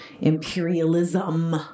imperialism